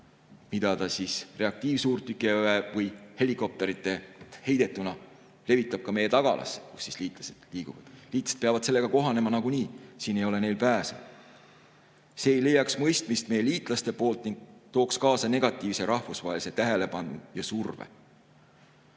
mida ta reaktiivsuurtükiväe või helikopterite heidetuna levitaks ka meie tagalas, kus liitlased liiguvad. Liitlased peavad sellega kohanema nagunii, siin ei ole neil pääsu."See ei leiaks mõistmist meie liitlaste poolt ning tooks kaasa negatiivse rahvusvahelise tähelepanu ja surve."